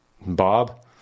Bob